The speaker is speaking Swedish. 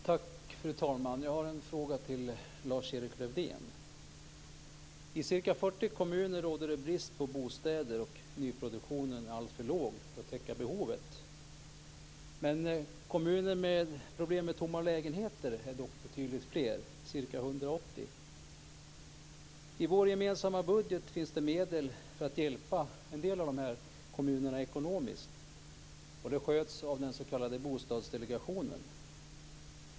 Fru talman! Jag har en fråga till Lars-Erik Lövdén. I ca 40 kommuner råder det brist på bostäder, och nyproduktionen är alltför låg för att täcka behovet. Kommuner som har problem med tomma lägenheter är dock betydligt fler, ca 180. I vår gemensamma budget finns det medel för att hjälpa en del av de här kommunerna ekonomiskt. Det sköts av den s.k. bostadsdelegationen.